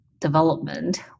development